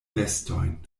bestojn